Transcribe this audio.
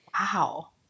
Wow